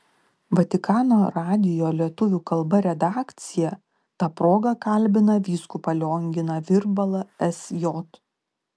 vatikano radijo lietuvių kalba redakcija ta proga kalbina vyskupą lionginą virbalą sj